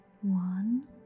One